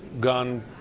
gun